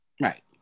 Right